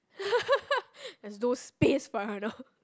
has no space for your dog